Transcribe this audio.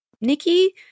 Nikki